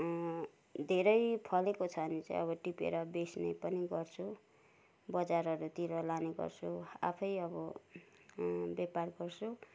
धेरै फलेको छ भने चाहिँ अब टिपेर बेच्ने पनि गर्छु बजारहरूतिर लाने गर्छु आफै अब व्यपार गर्छु